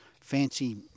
fancy